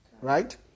right